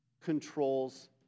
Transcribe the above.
controls